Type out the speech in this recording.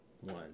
One